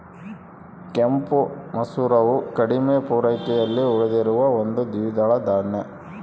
ಕೆಂಪು ಮಸೂರವು ಕಡಿಮೆ ಪೂರೈಕೆಯಲ್ಲಿ ಉಳಿದಿರುವ ಒಂದು ದ್ವಿದಳ ಧಾನ್ಯ